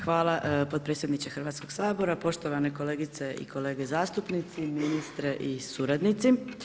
Hvala potpredsjedniče Hrvatskog sabora, poštovane kolegice i kolege zastupnici, ministre i suradnici.